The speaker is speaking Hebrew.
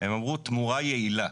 הם אמרו תמורה יעילה,